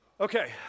Okay